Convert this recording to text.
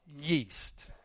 yeast